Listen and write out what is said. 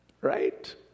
Right